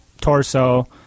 torso